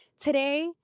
today